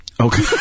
Okay